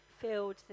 filled